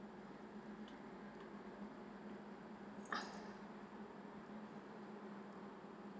mm